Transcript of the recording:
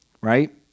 right